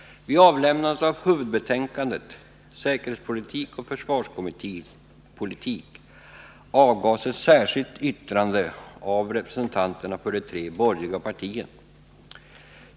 Vid avlämnandet av huvudbetänkandet Säkerhetspolitik och försvarspolitik avgavs ett särskilt yttrande av representanterna för de tre borgerliga partierna.